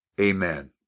Amen